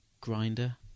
grinder